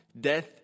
Death